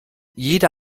jede